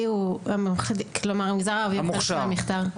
המוכשר.